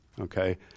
okay